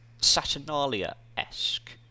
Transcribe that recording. Saturnalia-esque